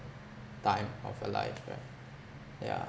time of your life yeah yeah